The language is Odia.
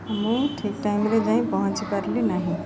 ମୁଁ ଠିକ ଟାଇମରେ ଯାଇ ପହଞ୍ଚି ପାରିଲି ନାହିଁ